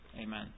Amen